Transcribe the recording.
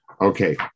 Okay